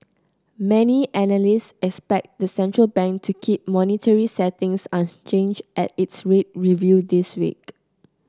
many analysts expect the central bank to keep monetary settings unchanged at its rate review this week